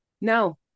No